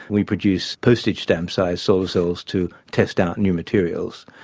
we produce postage stamp size solar cells to test out new materials.